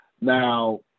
now